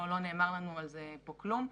לא נאמר לנו על זה פה כלום.